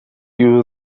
you